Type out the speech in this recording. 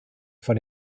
von